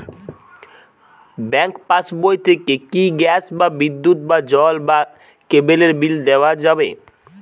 Bank পাশবই থেকে কি গ্যাস বা বিদ্যুৎ বা জল বা কেবেলর বিল দেওয়া যাবে?